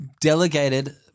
Delegated